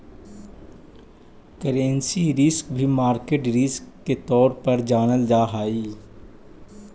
currency risk भी market risk के तौर पर जानल जा हई